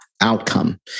outcome